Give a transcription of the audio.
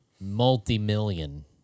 multi-million